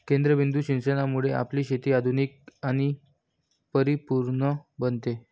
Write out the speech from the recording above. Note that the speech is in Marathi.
केंद्रबिंदू सिंचनामुळे आपली शेती आधुनिक आणि परिपूर्ण बनते